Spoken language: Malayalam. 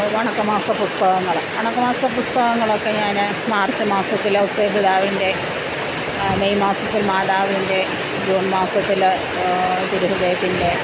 വണക്കമാസ പുസ്തകങ്ങൾ വണക്കമാസത്തെ പുസ്തകങ്ങളൊക്കെ ഞാൻ മാർച്ച് മാസത്തിൽ ഔസേപ്പ് പിതാവിൻ്റെ മെയ് മാസത്തിൽ മാതാവിൻ്റെ ജൂൺ മാസത്തിൽ തിരുഹൃദയത്തിൻ്റെ